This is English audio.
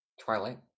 Twilight